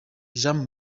jean